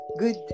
Good